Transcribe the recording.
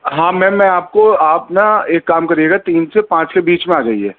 ہاں میم میں آپ کو آپ نا ایک کام کریے گا تین سے پانچ کے بیچ میں آ جائیے